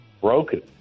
broken